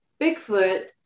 Bigfoot